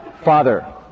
Father